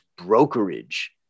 brokerage